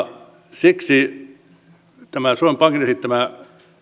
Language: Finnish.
ja siksi tämä suomen pankin esittämä